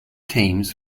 teams